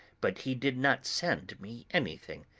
but he did not send me anything,